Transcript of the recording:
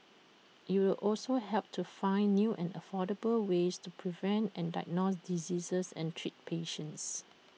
IT will also help to find new and affordable ways to prevent and diagnose diseases and treat patients